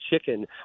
Chicken